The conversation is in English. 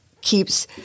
keeps